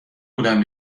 بودم